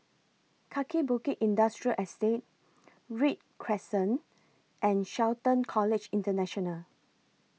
Kaki Bukit Industrial Estate Read Crescent and Shelton College International